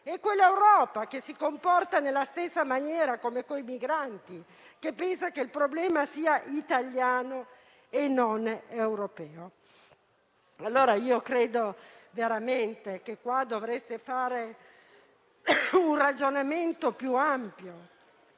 È quell'Europa che si comporta nella stessa maniera con i migranti, pensando che il problema sia italiano e non europeo. Allora io credo veramente che dovreste fare un ragionamento più ampio.